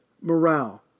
morale